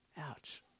Ouch